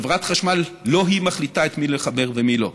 חברת החשמל, לא היא מחליטה את מי לחבר ואת מי לא.